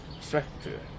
structure